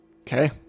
Okay